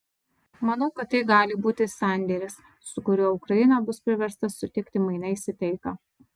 manau kad tai gali būti sandėris su kuriuo ukraina bus priversta sutikti mainais į taiką